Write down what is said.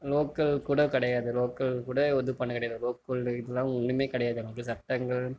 local கூட கிடையாது local கூட இது பண்ண கிடையாது லோக்கல் இதலாம் ஒன்றுமே கிடையாது அவங்களுக்கு சட்டங்கள்